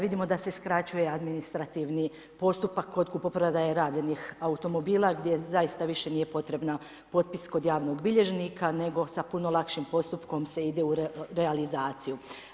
Vidimo da se skraćuje administrativni postupak kod kupoprodaje rabljenih automobila, gdje zaista više nije potreban potpis kod javnog bilježnika, nego sa puno lakšim postupkom se ide u realizaciju.